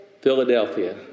Philadelphia